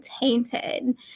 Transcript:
tainted